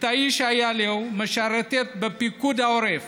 יטאייש איילו משרתת בפיקוד העורף